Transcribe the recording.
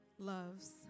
Loves